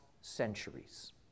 centuries